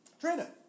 Trina